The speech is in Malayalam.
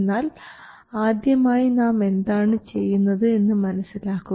എന്നാൽ ആദ്യമായി നാം എന്താണ് ചെയ്യുന്നത് എന്ന് മനസ്സിലാക്കുക